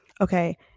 Okay